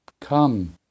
Come